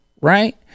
Right